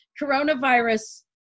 coronavirus